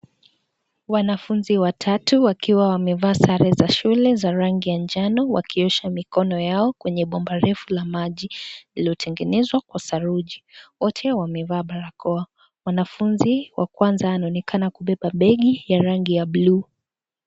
Wanafunzi watatu wakiwa wamevaa sare za shule za rangi ya njano wakiosha mikono yao kwenye bomba refu la maji lililotengenezwa kwa saruji. Wote wamevaa barakoa. Mwanafunzi wa kwanza anaonekana kubeba begi ya rangi ya buluu.